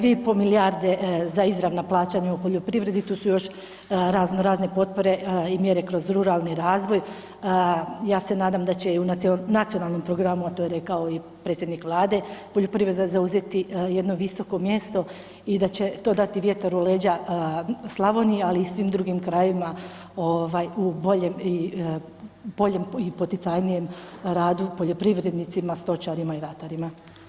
2,5 milijarde za izravna plaćanja u poljoprivredi, tu su još razno razne potpore i mjere kroz ruralni razvoj, ja se nadam da će i u nacionalnom programu, a to je rekao i predsjednik Vlade, poljoprivreda zauzeti jedno visoko mjesto i da će to dati vjetar u leđa Slavoniji, ali i svim drugim krajevima u boljem i poticajnijem radu poljoprivrednicima, stočarima i ratarima.